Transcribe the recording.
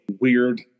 weird